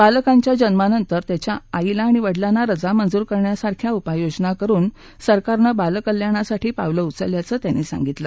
बालकांच्या जन्मानंतर त्याच्या आईला आणि वडिलांना रजा मंजूर करण्यासारख्या उपाययोजना करुन सरकारनं बालकल्याणासाठी पावलं उचलली असल्याचं त्यांनी सांगितलं